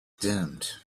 dimmed